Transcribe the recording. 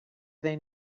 they